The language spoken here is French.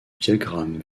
diagramme